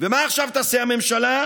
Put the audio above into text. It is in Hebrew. ומה עכשיו תעשה הממשלה?